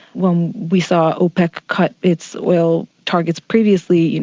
when we saw opec cut its oil targets previously, you know